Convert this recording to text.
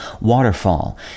waterfall